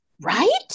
right